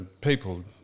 people